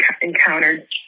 encountered